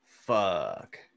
fuck